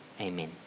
amen